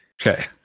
Okay